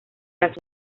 las